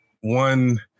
One